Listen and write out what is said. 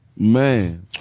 Man